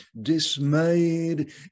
dismayed